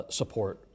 support